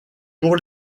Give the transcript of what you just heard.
pour